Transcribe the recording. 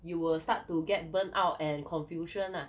you will start to get burnt out and confusion lah